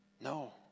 no